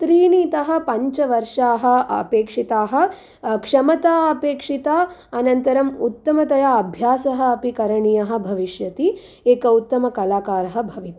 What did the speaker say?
त्रीणितः पञ्चवर्षाः अपेक्षिताः क्षमता अपेक्षिता अनन्तरम् उत्तमतया अभ्यासः अपि करणीयः भविष्यति एकः उत्तमकलाकारः भवितुम्